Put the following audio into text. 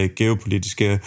geopolitiske